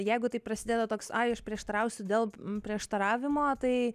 jeigu taip prasideda toks ai aš prieštarausiu dėl prieštaravimo tai